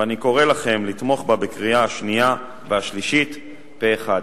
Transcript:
ואני קורא לכם לתמוך בה בקריאה השנייה והשלישית פה-אחד.